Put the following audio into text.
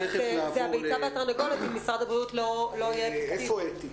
זה הביצה והתרנגולת אם משרד הבריאות לא יהיה אפקטיבי.